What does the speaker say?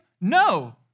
No